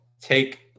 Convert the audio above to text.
take